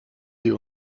sie